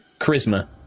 Charisma